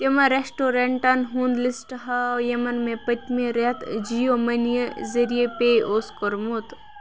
تِمَن رٮ۪سٹورٮ۪نٛٹَن ہُنٛد لِسٹ ہاو یِمَن مےٚ پٔتۍمہِ رٮ۪تہٕ جِیو مٔنی ذٔریعہِ پے اوس کوٚرمُت